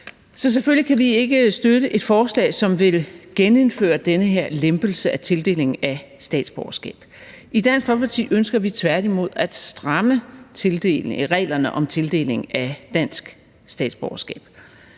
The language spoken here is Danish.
kan selvfølgelig ikke støtte et forslag, som vil genindføre den her lempelse af tildeling af statsborgerskab. I Dansk Folkeparti ønsker vi tværtimod at stramme reglerne om tildeling af dansk statsborgerskab.